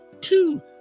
two